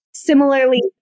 Similarly